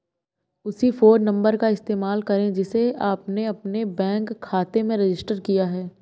उसी phone number का इस्तेमाल करें जिसे आपने अपने बैंक खाते में रजिस्टर किया है